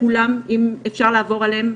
אם אפשר לעבור עליהם,